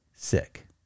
Sick